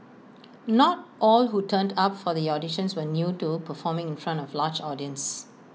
not all who turned up for the auditions were new to performing in front of large audience